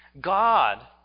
God